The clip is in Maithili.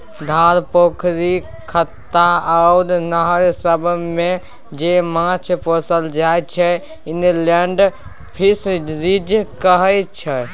धार, पोखरि, खत्ता आ नहर सबमे जे माछ पोसल जाइ छै इनलेंड फीसरीज कहाय छै